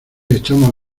echamos